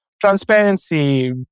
transparency